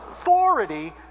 authority